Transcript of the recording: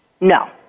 No